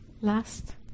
last